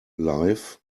life